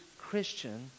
Christian